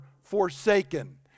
forsaken